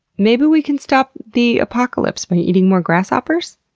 maybe we can stop the apocalypse by eating more grasshoppers?